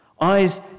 Eyes